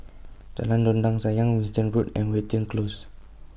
Jalan Dondang Sayang Winstedt Road and Watten Close